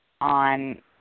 on